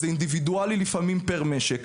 זה אינדיבידואלי לפעמים פר משק.